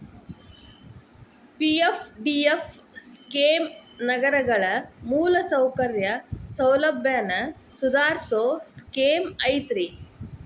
PFDF scheme ನಗರಗಳ ಮೂಲಸೌಕರ್ಯ ಸೌಲಭ್ಯನ ಸುಧಾರಸೋ ಸ್ಕೇಮ್ ಐತಿ